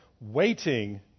waiting